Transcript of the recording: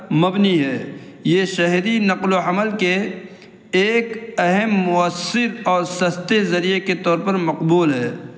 مبنی ہے یہ شہری نقل و حمل کے ایک اہم مؤثر اور سستے ذریعے کے طور پر مقبول ہے